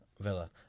villa